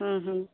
ᱦᱩᱸ